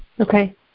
Okay